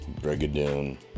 Brigadoon